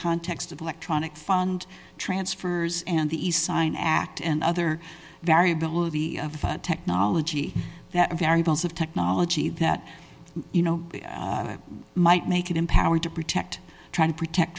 context of electronic fund transfers and the east sign act and other variability of the technology variables of technology that you know might make it empowered to protect trying to protect